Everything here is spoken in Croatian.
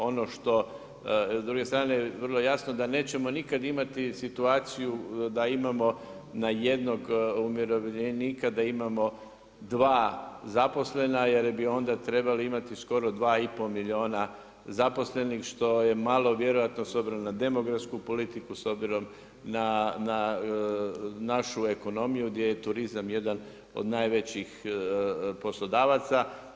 Ono što s druge strane je vrlo jasno da nećemo nikad situaciju da imamo na jednog umirovljenika dva zaposlena jer bi onda trebali imati skoro sva i pol milijuna zaposlenih što je malo vjerojatno s obzirom na demografsku politiku, s obzirom na našu ekonomiju gdje je turizam jedan od najvećih poslodavaca.